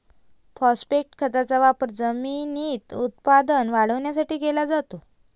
phosphate खताचा वापर जमिनीत उत्पादन वाढवण्यासाठी केला जातो